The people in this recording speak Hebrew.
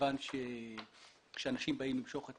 מכיוון שכאשר אנשים באים למשוך את